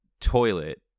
toilet